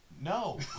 no